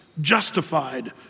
justified